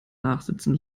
nachsitzen